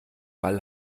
ball